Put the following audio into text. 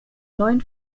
neuen